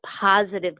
positive